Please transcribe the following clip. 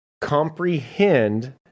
comprehend